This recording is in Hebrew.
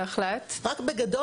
בגדול,